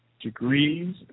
degrees